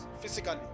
physically